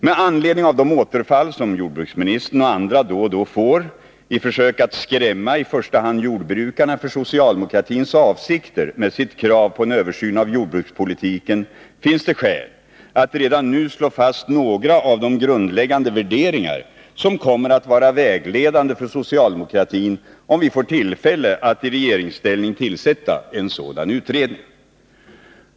Med anledning av de återfall som jordbruksministern och andra då och då får i försök att skrämma i första hand jordbrukarna för socialdemokratins avsikter med sitt krav på en översyn av jordbrukspolitiken finns det skäl att redan nu slå fast några av de grundläggande värderingar som kommer att vara vägledande för socialdemokratin, om vi får tillfälle att i regeringsställning tillsätta en sådan utredning.